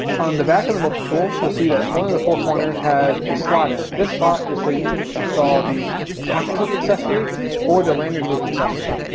on the back of the multi-tool, you'll see that one of the four corners has a slot in it. this slot is so you can install the pocket clip accessory or the lanyard loop accessory.